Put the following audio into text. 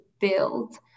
build